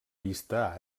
vista